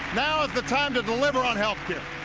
now is the time to deliver on healthcare!